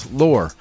lore